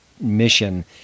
mission